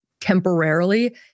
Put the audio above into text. temporarily